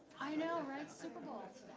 i know, right, super bowl, it's